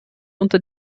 unter